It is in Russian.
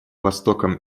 востоком